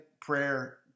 prayer